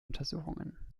untersuchungen